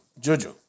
Jojo